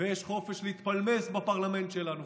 ויש חופש להתפלמס בפרלמנט שלנו,